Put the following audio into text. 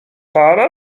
pana